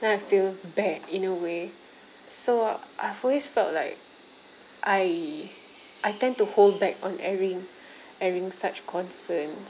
then I feel bad in a way so I've always felt like I I tend to hold back on airing airing such concern